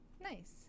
Nice